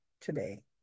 today